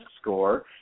score